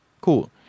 Cool